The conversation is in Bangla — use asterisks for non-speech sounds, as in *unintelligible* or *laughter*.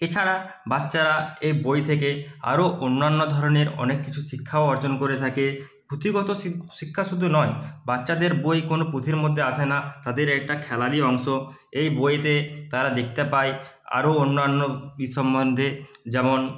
এছাড়া বাচ্চারা এই বই থেকে আরও অন্যান্য ধরনের অনেক কিছু শিক্ষাও অর্জন করে থাকে পুঁথিগত শিক্ষা শুধু নয় বাচ্চাদের বই কোনো পুঁথির মধ্যে আসে না তাদের এটা খেলারই অংশ এই বইতে তারা দেখতে পায় আরও অন্যান্য *unintelligible* সম্বন্ধে যেমন